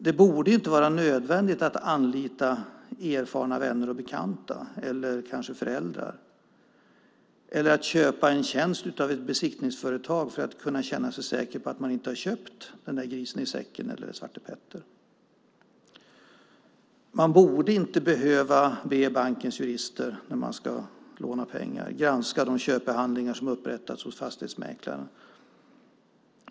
Det borde inte vara nödvändigt att anlita erfarna vänner och bekanta, kanske föräldrar eller att köpa en tjänst av ett besiktningsföretag för att kunna känna sig säker på att man inte har köpt grisen i säcken eller står med svartepetter. Man borde inte när man ska låna pengar behöva be bankens jurister granska de köpehandlingar som har upprättats hos fastighetsmäklaren.